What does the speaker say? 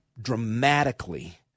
dramatically